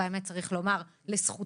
והאמת צריך לומר לזכותו,